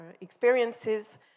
experiences